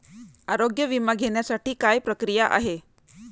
आरोग्य विमा घेण्यासाठी काय प्रक्रिया आहे?